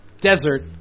desert